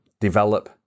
develop